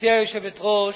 היושבת-ראש,